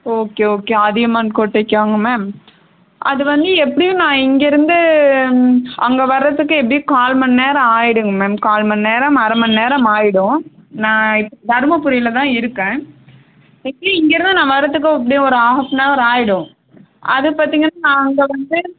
okay okay Athiyaman கோட்டைக்காங்க ma'am அது வந்து எப்படியும் நான் இங்கிருந்து அங்கே வரதுக்கு எப்படியும் கால் மணி நேரம் ஆகிடுங்க மேம் கால் மணி நேரம் அரை மணி நேரம் ஆகிடும் நான் இப்போ தருமபுரியில் தான் இருக்கேன் ஆக்ஷுவலி இங்கே தான் நான் வரதுக்கு எப்படியும் ஒரு ஆஃப் னவர் ஆகிடும் அது பார்த்தீங்கன்னா நான் அங்கே வந்து